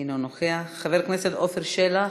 אינו נוכח, חבר הכנסת עפר שלח,